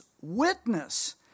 witness